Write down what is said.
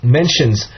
mentions